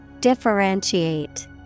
Differentiate